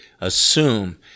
assume